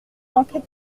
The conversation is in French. manquer